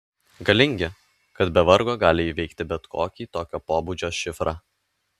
galingi kad be vargo gali įveikti bet kokį tokio pobūdžio šifrą